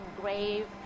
grave